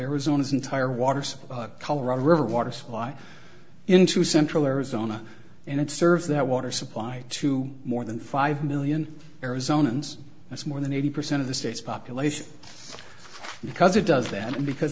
arizona's entire water supply colorado river water supply into central arizona and it serves that water supply to more than five million arizona and that's more than eighty percent of the state's population because it does that because